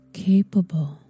capable